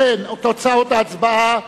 תוצאות ההצבעה: